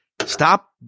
stop